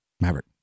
Maverick